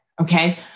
okay